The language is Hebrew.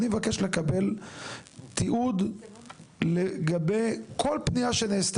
אני מבקש לקבל תיעוד לגביי כל פנייה שנעשה